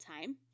time